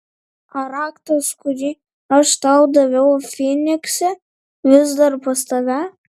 ar raktas kurį aš tau daviau fynikse vis dar pas tave